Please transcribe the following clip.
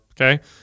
Okay